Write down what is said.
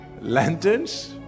Lanterns